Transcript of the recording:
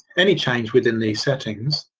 any change within these settings.